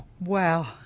wow